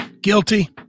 Guilty